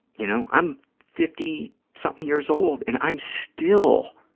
you know, i'm fifty something years old and i'm still